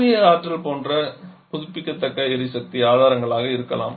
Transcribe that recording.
சூரிய ஆற்றல் போன்ற புதுப்பிக்கத்தக்க எரிசக்தி ஆதாரங்களாக இருக்கலாம்